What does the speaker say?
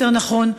יותר נכון,